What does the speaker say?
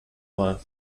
mal